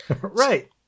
Right